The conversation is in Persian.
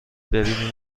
ببینیم